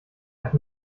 euch